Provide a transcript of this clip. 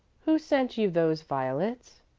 who sent you those violets?